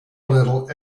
little